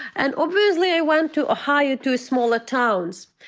and obviously i went to ohio, to smaller towns.